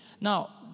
Now